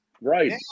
Right